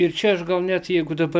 ir čia aš gal net jeigu dabar